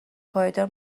پایدار